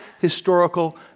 historical